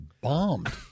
bombed